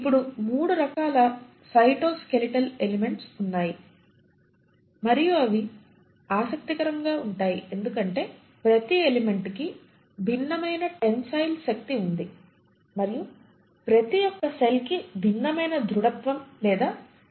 ఇప్పుడు మూడు రకాల సైటోస్కెలెటల్ ఎలెమెంట్స్ వున్నాయి మరియు ఇది ఆసక్తికరం ఎందుకంటే ప్రతి ఎలిమెంట్ కి భిన్నమైన టెంసైల్ శక్తి వుంది మరియు ప్రతి ఒకటి సెల్ కి భిన్నమైన దృఢత్వం లేదా రిజిడిటీ అందిస్తుంది